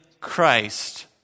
Christ